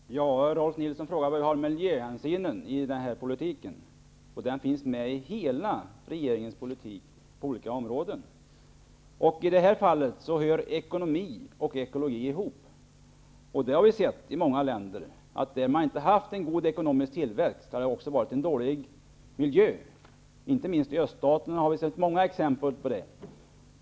Herr talman! Rolf L. Nilson frågar var vi har miljöhänsynen i den här politiken. Den finns med i hela regeringens politik på olika områden. I det här fallet hör ekonomi och ekologi ihop. Vi har i många länder sett, att om man inte har haft en god ekonomisk tillväxt har också miljön varit dålig. Inte minst i öststaterna har vi sett många exempel på det.